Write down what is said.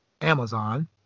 Amazon